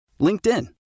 LinkedIn